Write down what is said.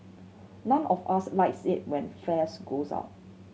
none of us likes it when fares goes up